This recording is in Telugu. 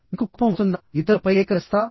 మీకు కోపం వస్తుందా ఇతరులపై కేకలు వేస్తారా